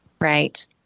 Right